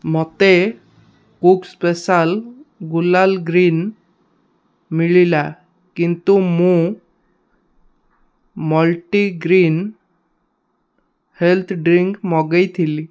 ମୋତେ କକ୍ special gulal green ମିଳିଲା କିନ୍ତୁ ମୁଁ ମେଲିଟ millet multi grain health drink ମଗାଇଥିଲି